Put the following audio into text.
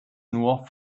nur